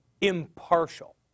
impartial